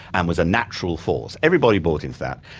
and was a natural force. everybody bought into that.